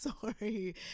sorry